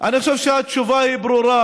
אני חושב שהתשובה היא ברורה.